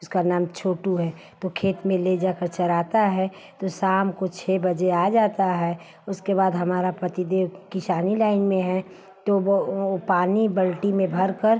उसका नाम छोटू है तो खेत में ले जाकर चराता है तो शाम को छह बजे आ जाता है उसके बाद हमारे पतिदेव किसानी लाइन में हैं तो वह पानी बाल्टी में भरकर